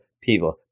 people